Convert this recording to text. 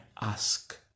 ask